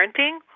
parenting